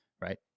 right